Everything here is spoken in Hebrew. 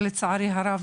שלצערי הרב,